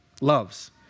loves